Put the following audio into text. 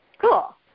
Cool